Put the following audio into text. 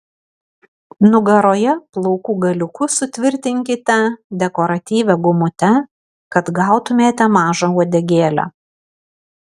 nugaroje plaukų galiukus sutvirtinkite dekoratyvia gumute kad gautumėte mažą uodegėlę